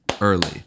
early